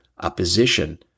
opposition